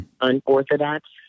Unorthodox